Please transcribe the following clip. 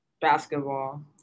Basketball